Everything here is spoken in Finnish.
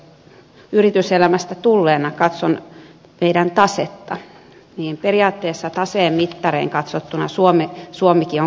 jos yrityselämästä tulleena katson meidän tasetta niin periaatteessa taseen mittarein katsottuna suomikin on konkurssikypsä